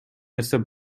нерсе